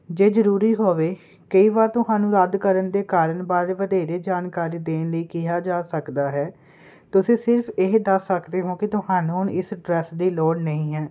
ਜੇ ਜਰੂਰੀ ਹੋਵੇ ਕਈ ਵਾਰ ਤੁਹਨੂੰ ਰੱਦ ਕਰਨ ਦੇ ਕਾਰਨ ਬਾਰੇ ਵਧੇਰੇ ਜਾਣਕਾਰੀ ਦੇਣ ਲਈ ਕਿਹਾ ਜਾ ਸਕਦਾ ਹੈ ਤੁਸੀਂ ਸਿਰਫ ਇਹ ਦੱਸ ਸਕਦੇ ਹੋਂ ਕੀ ਤੁਹਾਨੂੰ ਇਸ ਡਰੈਸ ਦੀ ਲੋੜ ਨਹੀਂ ਹੈ